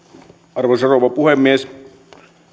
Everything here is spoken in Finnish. arvoisa rouva puhemies